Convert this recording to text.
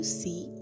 see